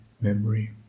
memory